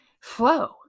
flow